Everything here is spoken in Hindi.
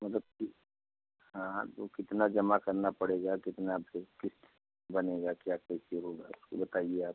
मतलब कुछ हाँ तो कितना जमा करना पड़ेगा कितना फिर किस्त बनेगा क्या कैसे होगा उसको बताइए आप